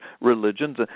religions